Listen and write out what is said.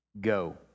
Go